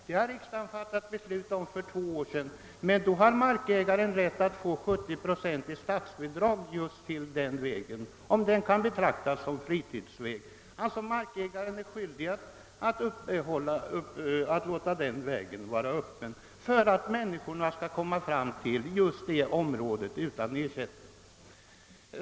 Det har riksdagen fattat beslut om för två år sedan. Markägaren har emellertid rätt att få 70 procent i statsbidrag till vägen, om den kan betraktas som fritidsväg. Markägaren är alltså skyldig att låta den vägen vara öppen för att människorna skall kunna komma fram till just det området utan ersättning.